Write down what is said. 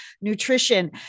nutrition